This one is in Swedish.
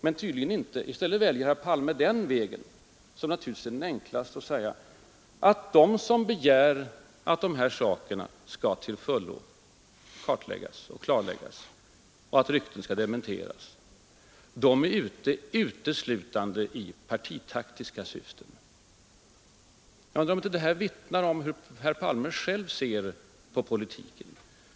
Men i stället för att medge detta väljer herr Palme den utvägen — som naturligtvis är den enklaste — att påstå att de, som begär att allt skall till fullo kartläggas och klarläggas och att alla rykten därmed skall dementeras, uteslutande är ute i partitaktiska syften. Det vittnar om hur herr Palme själv ser på politiken.